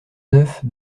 neuf